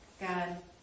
God